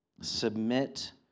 Submit